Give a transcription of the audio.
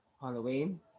Halloween